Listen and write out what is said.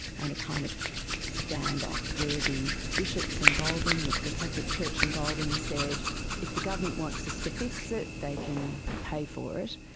and a kind of stand-off where the bishops in goulburn, the the catholic church in goulburn said if the government wants us to fix it they can pay for it.